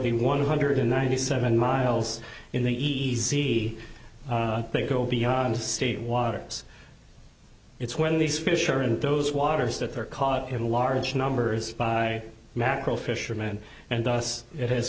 the one hundred and ninety seven miles in the easy to go beyond the state waters it's when these fish are in those waters that they're caught in large numbers by macro fishermen and thus it has